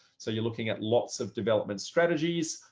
so you're looking at lots of development strategies,